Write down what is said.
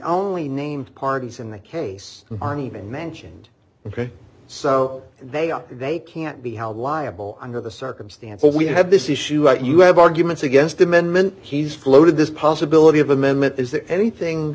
only named parties in the case aren't even mentioned ok so they are they can't be held liable under the circumstances we have this issue out you have arguments against amendment he's floated this possibility of amendment is there anything